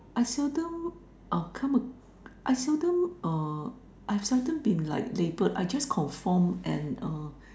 I seldom uh come a I seldom uh I seldom been like labelled I just confirm and uh